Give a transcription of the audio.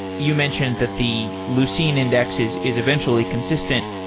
you mentioned that the lucene indexes is eventually consistent.